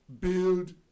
build